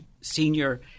senior